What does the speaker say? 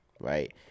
right